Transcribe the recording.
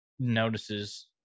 notices